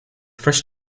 fresh